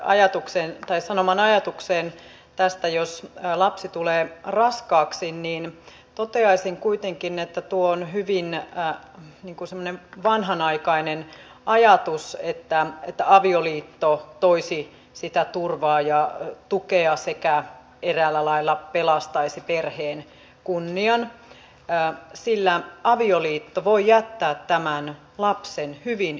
tähän edustajan sanomaan ajatukseen tästä jos lapsi tulee raskaaksi toteaisin kuitenkin että tuo on hyvin vanhanaikainen ajatus että avioliitto toisi sitä turvaa ja tukea sekä eräällä lailla pelastaisi perheen kunnian sillä avioliitto voi jättää lapsen hyvin yksin